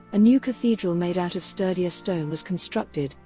a new cathedral made out of sturdier stone was constructed,